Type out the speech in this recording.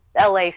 LA